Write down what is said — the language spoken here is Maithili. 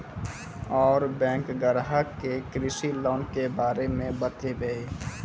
और बैंक ग्राहक के कृषि लोन के बारे मे बातेबे?